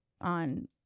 On